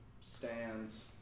stands